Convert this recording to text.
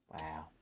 Wow